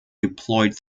deployed